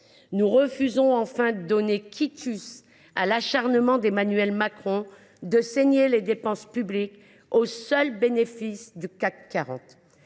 Nous refusons enfin de donner quitus à l’acharnement d’Emmanuel Macron de saigner les dépenses publiques au seul bénéfice du CAC 40.